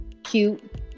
cute